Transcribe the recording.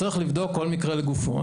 צריך לבדוק כל מקרה לגופו.